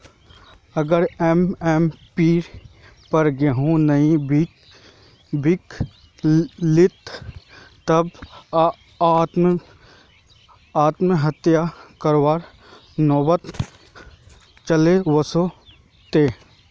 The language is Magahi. अगर एम.एस.पीर पर गेंहू नइ बीक लित तब आत्महत्या करवार नौबत चल वस तेक